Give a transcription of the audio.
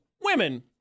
women